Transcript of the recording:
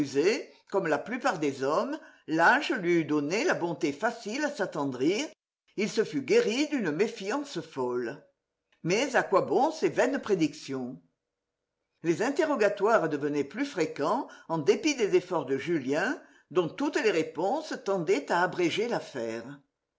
comme la plupart des hommes l'âge lui eût donné la bonté facile à s'attendrir il se fût guéri d'une méfiance folle mais à quoi bon ces vaines prédictions les interrogatoires devenaient plus fréquents en dépit des efforts de julien dont toutes les réponses tendaient à abréger l'affaire